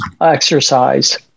exercise